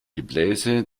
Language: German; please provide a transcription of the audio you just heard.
gebläse